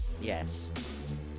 Yes